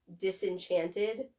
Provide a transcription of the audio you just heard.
disenchanted